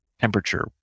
temperature